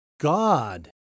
God